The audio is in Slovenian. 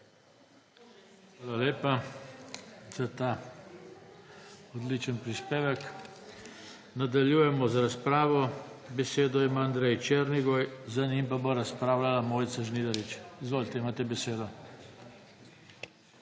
Hvala lepa za ta odlični prispevek. Nadaljujemo z razpravo. Besedo ima Andrej Černigoj, za njim bo razpravljala Mojca Žnidarič. Izvolite, imate besedo.